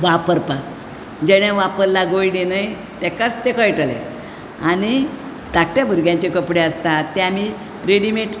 वापरपाक जेणे वापरला गोयडी न्हय तेकाच ते कळटले आनी धाकट्या भुरग्यांचे कपडे आसता ते आमी रेडीमेड